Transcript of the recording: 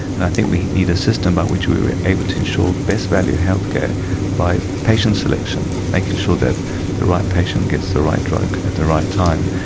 and i think we need a system by which we are able to ensure best value healthcare by patient selection, making sure that the right patient gets the right drug at the right time.